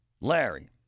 Larry